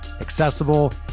accessible